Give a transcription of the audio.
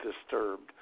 disturbed